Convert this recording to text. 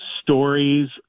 stories